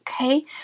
Okay